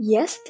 Yes